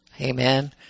Amen